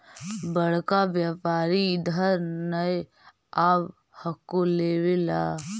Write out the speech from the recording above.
बड़का व्यापारि इधर नय आब हको लेबे ला?